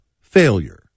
failure